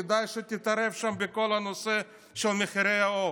כדאי שתתערב שם בכל הנושא של מחירי העוף.